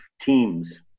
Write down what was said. teams